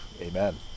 Amen